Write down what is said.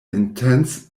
intense